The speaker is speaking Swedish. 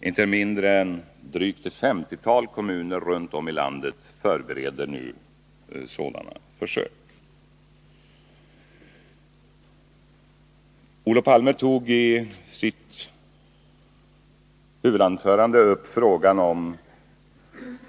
Inte mindre än drygt ett femtiotal kommuner runt om i landet förbereder nu sådana försök. Olof Palme tog i sitt huvudanförande upp frågan om